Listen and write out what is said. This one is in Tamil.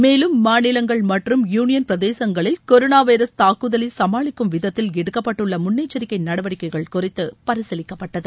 மேலும் மாநிலங்கள் மற்றும் யூளியன் பிரதேசங்களில் கொரோனா வைரஸ் தாக்குதலை சமாளிக்கும் விதத்தில் எடுக்கப்பட்டுள்ள முன்னெச்சரிக்கை நடவடிக்கைகள் குறித்து பரிசீலிக்கப்பட்டது